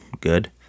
good